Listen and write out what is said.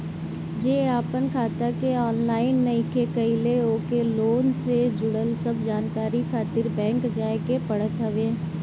जे आपन खाता के ऑनलाइन नइखे कईले ओके लोन से जुड़ल सब जानकारी खातिर बैंक जाए के पड़त हवे